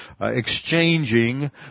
exchanging